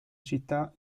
città